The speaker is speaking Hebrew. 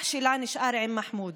אח שלה נשאר עם מחמוד.